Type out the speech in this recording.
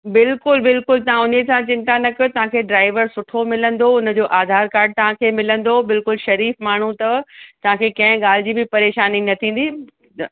बिल्कुलु बिल्कुलु तव्हां उनसां चिंता न कियो तव्हांखे ड्राईवर सुठो मिलंदो उनजो आधार कार्ड तव्हांखे मिलंदो बिल्कुलु शरीफ़ माण्हूं अथव तव्हांखे कंहिं ॻाल्हि जी बि परेशानी न थींदी